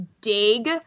dig